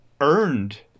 earned